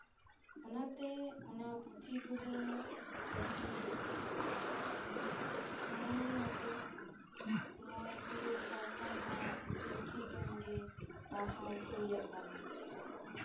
ᱚᱱᱟᱛᱮ ᱚᱱᱟ ᱯᱩᱛᱷᱤ ᱠᱚᱫᱚ ᱟᱹᱰᱤ ᱢᱚᱱᱮᱭᱟᱛᱮᱜ ᱢᱚᱬᱮ ᱛᱩᱨᱩᱭ ᱫᱷᱟᱣ ᱠᱷᱚᱱ ᱦᱚᱸ ᱡᱟᱹᱥᱛᱤ ᱜᱟᱱᱜᱮ ᱯᱟᱲᱦᱟᱣ ᱦᱩᱭ ᱠᱟᱱᱟ